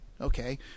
Okay